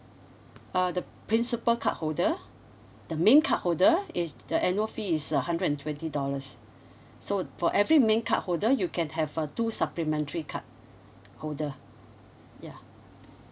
uh the principal card holder the main card holder is the annual fee is a hundred and twenty dollars so for every main card holder you can have uh two supplementary card holder ya